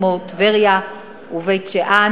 כמו טבריה ובית-שאן?